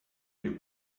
you